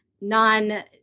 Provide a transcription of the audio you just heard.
non